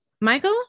Michael